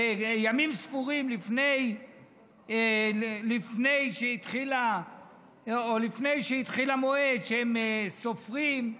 ימים ספורים לפני שהתחיל המועד שהם סופרים,